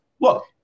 Look